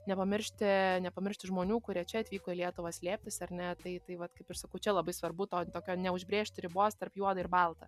nepamiršti nepamiršti žmonių kurie čia atvyko į lietuvą slėptis ar ne tai tai vat kaip ir sakau čia labai svarbu to tokio neužbrėžti ribos tarp juoda ir balta